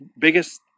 biggest